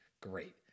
great